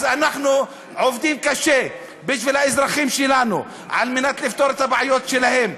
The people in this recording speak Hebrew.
אז אנחנו עובדים קשה בשביל האזרחים שלנו על מנת לפתור את הבעיות שלהם,